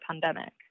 pandemic